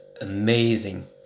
Amazing